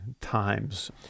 times